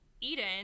Eden